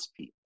people